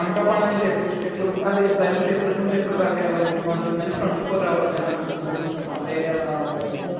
అనకాపల్లి నుంచి ఎప్పు ఎప్పుడు అది సర్వీస్ ఎప్పటి నుంచి ఎప్పుడు దాకా అవైలబుల్గా ఉంటుందని ట్వంటీ ఫోర్ అవర్స్ అయినా అంటే కొంచెం కొండ ఏరియా అలా ఉంటుందేమో